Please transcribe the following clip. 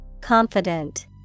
Confident